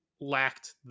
lacked